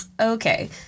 Okay